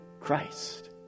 Christ